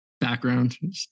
background